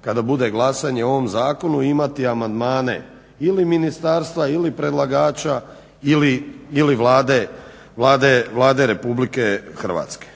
kada bude glasanje o ovom zakonu imati amandmane ili ministarstva ili predlagača ili Vlade Republike Hrvatske.